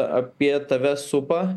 apie tave supa